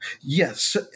Yes